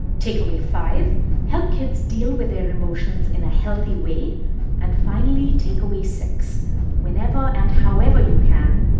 takeaway five help kids deal with their emotions in a healthy way and finally, takeaway six whenever and however you can,